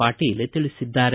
ಪಾಟೀಲ ತಿಳಿಸಿದ್ದಾರೆ